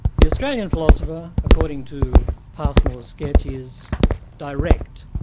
the australian philosopher, according to passmore's sketch is direct,